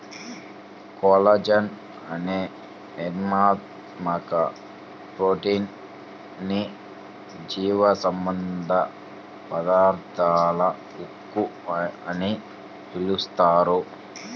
collagen అనే నిర్మాణాత్మక protein ని జీవసంబంధ పదార్థాల ఉక్కు అని పిలుస్తారు